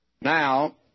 Now